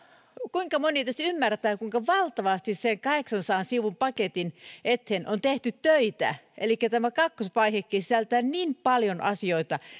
kuinka moni edes ymmärtää kuinka valtavasti sen kahdeksansadan sivun paketin eteen on tehty töitä elikkä tämä kakkosvaihekin sisältää niin paljon asioita